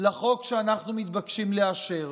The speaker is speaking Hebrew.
לחוק שאנחנו מתבקשים לאשר,